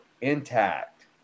intact